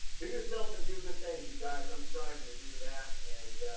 be yourself and do good things, you guys. i'm striving to do that, and